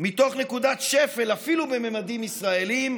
מתוך נקודת שפל אפילו בממדים ישראליים,